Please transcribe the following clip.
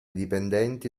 dipendenti